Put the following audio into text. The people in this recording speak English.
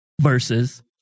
versus